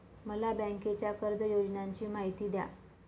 मला बँकेच्या कर्ज योजनांची माहिती द्या